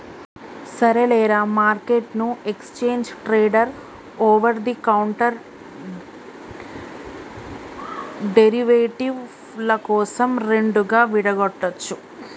సరేలేరా, మార్కెట్ను exchange traded over the counter derivative ల కోసం రెండుగా విడగొట్టొచ్చు